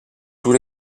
tous